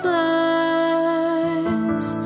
lives